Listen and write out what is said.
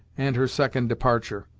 and her second departure.